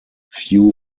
few